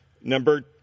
Number